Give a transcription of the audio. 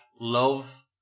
Love